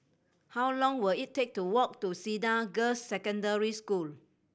how long will it take to walk to Cedar Girls' Secondary School